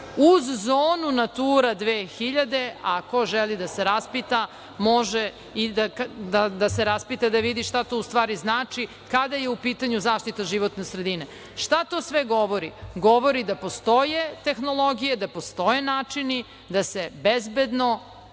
uz zonu „Natura 2000“, a ko želi da se raspita može i da se raspita šta to u stvari znači kada je u pitanju zaštita životne sredine. Šta to sve govori? Govori da postoje tehnologije, da postoje načini da se bezbedno